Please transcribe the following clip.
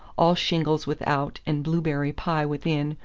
all shingles without and blueberry pie within,